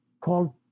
called